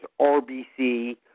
RBC